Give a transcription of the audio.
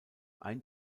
ein